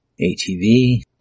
ATV